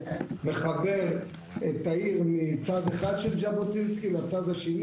שמחבר את העיר מצד אחד של ז'בוטינסקי לצד השני,